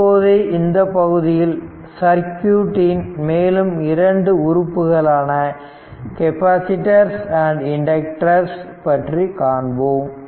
இப்போது இந்தப் பகுதியில் சர்க்யூட் இன் மேலும் 2 உறுப்புகளான கெப்பாசிட்டர்ஸ் மற்றும் இண்டக்டர்ஸ் பற்றி காண்போம்